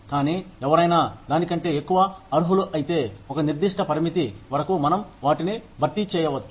కానీ ఎవరైనా దానికంటే ఎక్కువ అర్హులు అయితే ఒక నిర్దిష్ట పరిమితి వరకు మనం వాటిని భర్తీ చేయవచ్చు